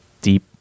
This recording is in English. deep